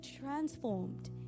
transformed